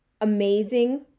amazing